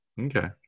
Okay